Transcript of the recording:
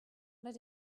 let